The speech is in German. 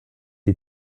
die